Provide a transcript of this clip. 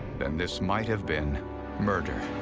then this might have been murder.